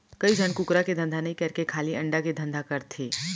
कइ झन कुकरा के धंधा नई करके खाली अंडा के धंधा करथे